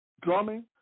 drumming